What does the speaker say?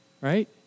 right